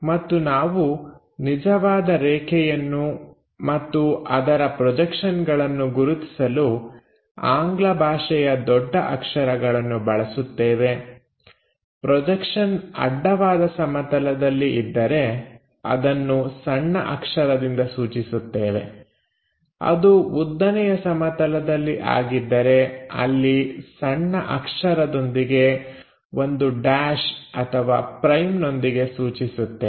ಮತ್ತು ನಾವು ನಿಜವಾದ ರೇಖೆಯನ್ನು ಮತ್ತು ಅದರ ಪ್ರೊಜೆಕ್ಷನ್ಗಳನ್ನು ಗುರುತಿಸಲು ಆಂಗ್ಲ ಭಾಷೆಯ ದೊಡ್ಡ ಅಕ್ಷರಗಳನ್ನು ಬಳಸುತ್ತೇವೆ ಪ್ರೊಜೆಕ್ಷನ್ ಅಡ್ಡವಾದ ಸಮತಲದಲ್ಲಿ ಇದ್ದರೆ ಅದನ್ನು ಸಣ್ಣ ಅಕ್ಷರದಿಂದ ಸೂಚಿಸುತ್ತೇವೆ ಅದು ಉದ್ದನೆಯ ಸಮತಲದಲ್ಲಿ ಆಗಿದ್ದರೆ ಅಲ್ಲಿ ಸಣ್ಣ ಅಕ್ಷರದೊಂದಿಗೆ ಒಂದು ಡ್ಯಾಶ್ ಅಥವಾ ಪ್ರೈಮ್ನೊಂದಿಗೆ ಸೂಚಿಸುತ್ತೇವೆ